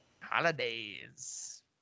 Holidays